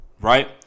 Right